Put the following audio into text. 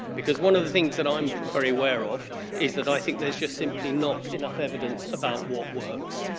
because one of the things that i'm very aware of is that i think there's just simply not enough evidence about what works.